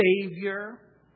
Savior